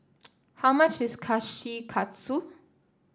how much is Kushikatsu